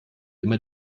immer